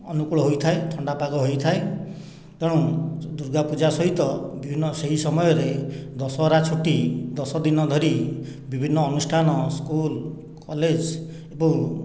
ଅନୁକୂଳ ହୋଇଥାଏ ଥଣ୍ଡା ପାଗ ହୋଇଥାଏ ତେଣୁ ଦୂର୍ଗା ପୂଜା ସହିତ ବିଭିନ୍ନ ସେହି ସମୟରେ ଦଶହରା ଛୁଟି ଦଶ ଦିନ ଧରି ବିଭିନ୍ନ ଅନୁଷ୍ଠାନ ସ୍କୂଲ୍ କଲେଜ୍ ଏବଂ